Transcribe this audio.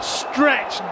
stretch